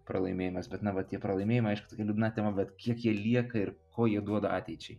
pralaimėjimas bet na va tie pralaimėjimai aišku liūdna tema bet kiek jie lieka ir ko jie duoda